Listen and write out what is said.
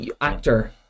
actor